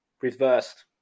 reversed